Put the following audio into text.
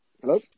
Hello